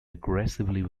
aggressively